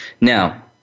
Now